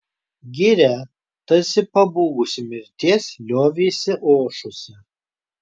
giria tarsi pabūgusi mirties liovėsi ošusi